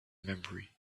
memory